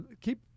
keep